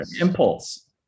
impulse